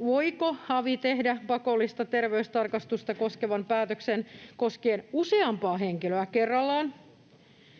voiko avi tehdä pakollista terveystarkastusta koskevan päätöksen koskien useampaa henkilöä kerrallaan.